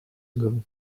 ago